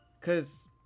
Cause